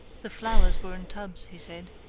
the flowers were in tubs, he said.